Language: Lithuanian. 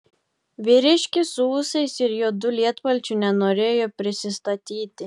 vyriškis su ūsais ir juodu lietpalčiu nenorėjo prisistatyti